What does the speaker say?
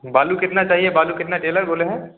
बालू कितना चाहिए बालू कितना टेलर बोले हैं